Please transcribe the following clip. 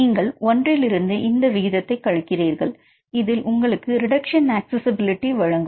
நீங்கள் 1 இலிருந்து இந்த விகிதம் கழிக்கிறீர்கள் இது உங்களுக்கு ரெடெக்ஷன் அக்சிசிசிபிலிட்டி வழங்கும்